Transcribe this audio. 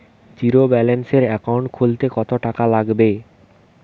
জিরোব্যেলেন্সের একাউন্ট খুলতে কত টাকা লাগবে?